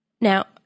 Now